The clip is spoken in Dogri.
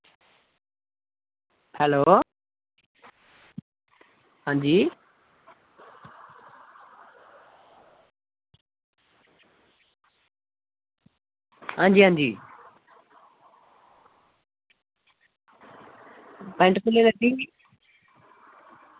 हैल्लो हां जी हां जी हां जी पैटं कुसलै लैती